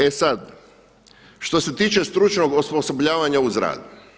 E sad, što se tiče stručnog osposobljavanja uz rad.